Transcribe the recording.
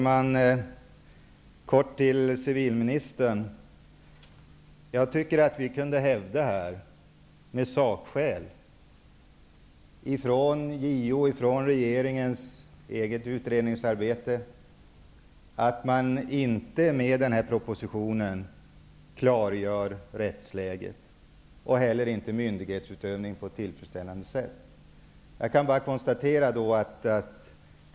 Herr talman! Jag tycker att vi med hänvisning till regeringens eget utredningsarbete och JO har sakskäl för att hävda att man med denna proposition inte på ett tillfredsställande sätt klargör rättsläget och inte heller reglerna vid myndighetsutövning.